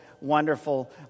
wonderful